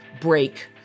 break